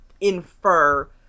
infer